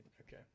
Okay